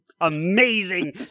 amazing